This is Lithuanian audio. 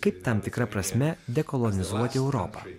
kaip tam tikra prasme dekolonizuoti europą